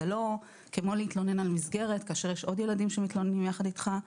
זה לא כמו להתלונן על מסגרת כאשר יש עוד ילדים שמתלוננים ביחד איתך.